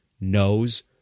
knows